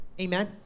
Amen